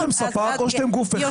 או שאתם ספק או שאתם גוף אחד